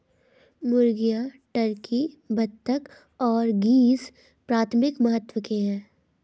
मुर्गियां, टर्की, बत्तख और गीज़ प्राथमिक महत्व के हैं